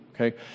Okay